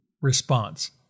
response